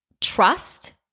trust